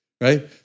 right